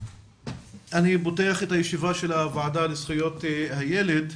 אני פותח את הישיבה של הוועדה לזכויות הילד.